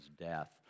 death